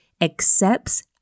accepts